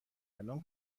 الان